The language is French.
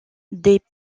des